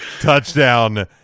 touchdown